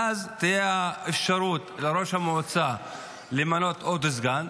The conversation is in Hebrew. ואז תהיה אפשרות לראש המועצה למנות עוד סגן,